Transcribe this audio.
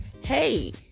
hey